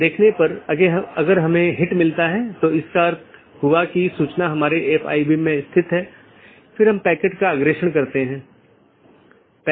इसलिए जब एक बार BGP राउटर को यह अपडेट मिल जाता है तो यह मूल रूप से सहकर्मी पर भेजने से पहले पथ विशेषताओं को अपडेट करता है